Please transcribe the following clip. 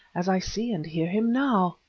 as i see and hear him now.